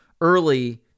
early